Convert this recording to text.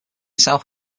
south